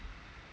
mm